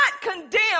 condemn